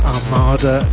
Armada